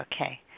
Okay